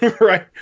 Right